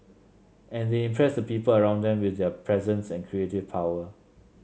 and they impress the people around them with their presence and creative power